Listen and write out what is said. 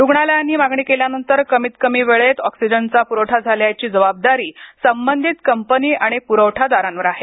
रूग्णालयांनी मागणी केल्यानंतर कमीत कमी वेळेत ऑक्सिजनचा पुरवठा करण्याची जबाबदारी संबंधित कपंनी आणि पुरवठादारांवर आहे